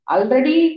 Already